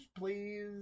please